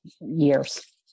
years